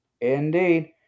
Indeed